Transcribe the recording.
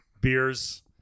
beers